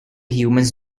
humans